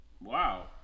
Wow